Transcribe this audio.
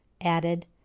added